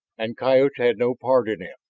and coyotes had no part in it!